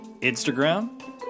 Instagram